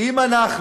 אם אנחנו